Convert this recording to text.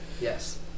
Yes